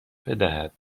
بدهد